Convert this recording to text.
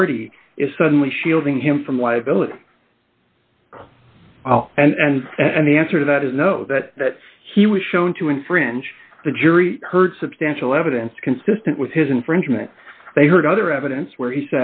nonparty is suddenly shielding him from liability and and the answer to that is no that that he was shown to infringe the jury heard substantial evidence consistent with his infringement they heard other evidence where he